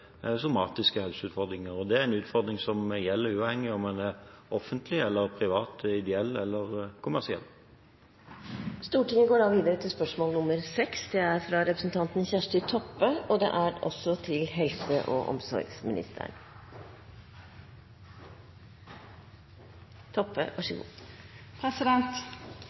somatiske helseutfordringer. Det er en utfordring som gjelder uavhengig av om en er offentlig eller privat, ideell eller